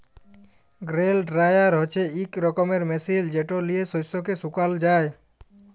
grain dryer হছে ইক রকমের মেশিল যেট লিঁয়ে শস্যকে শুকাল যায়